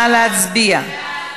נא להצביע.